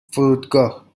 فرودگاه